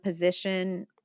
position